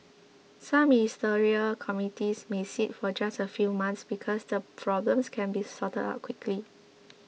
some Ministerial committees may sit for just a few months because the problems can be sorted out quickly